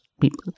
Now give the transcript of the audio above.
people